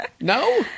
No